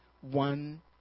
one